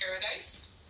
Paradise